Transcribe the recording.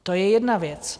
To je jedna věc.